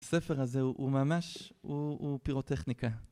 הספר הזה הוא ממש פירוטכניקה.